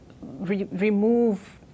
remove